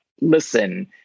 listen